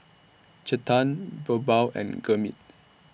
Chetan Birbal and Gurmeet